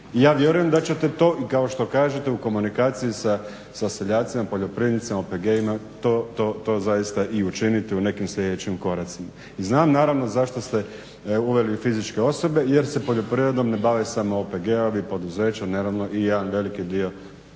ja vjerujem da ćete to i kao što kažete u komunikaciji sa seljacima, poljoprivrednicima, OPG-ima to zaista i učiniti u nekim sljedećim koracima. I znam naravno zašto ste uveli fizičke osobe jer se poljoprivredom ne bave samo OPG-ovi, poduzeća naravno i jedan veliki dio fizičkih